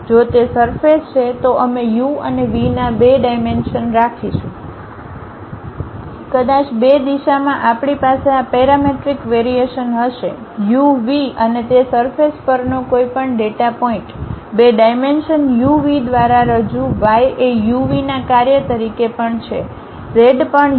જો તે સરફેસ છે તો અમે u અને v ના બે ડાઈમેન્શન રાખીશું કદાચ બે દિશામાં આપણી પાસે આ પેરામેટ્રિક વેરીએશન હશે uv અને તે સરફેસ પરનો કોઈપણ ડેટા પોઇન્ટ બે ડાઈમેન્શન uv દ્વારા રજૂ y એ uvના કાર્ય તરીકે પણ છે z પણ uv